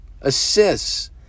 assists